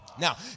Now